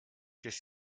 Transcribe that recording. qu’est